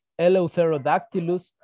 Eleutherodactylus